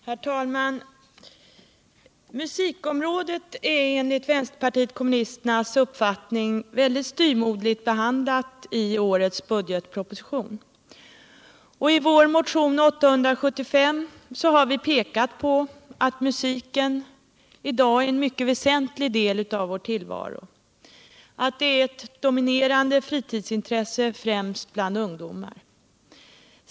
Herr talman! Musiken är enligt vänsterpartiet kommunisternas uppfattning mycket styvmoderligt behandlad i årets budgetproposition. I vår motion 873 har vi pekat på att musiken i dag ären mycket väsentlig del av vår tillvaro, att den är ett dominerande fritidsintresse — främst bland ungdomar.